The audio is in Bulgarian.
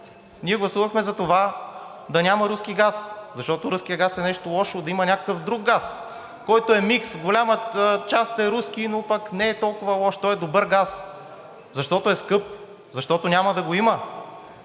ние гласувахме затова да няма руски газ, защото руският газ е нещо лошо, да има някакъв друг газ, който е микс – голяма част е руски, но пък не е толкова лош, той е добър газ, защото е скъп, защото няма да го има.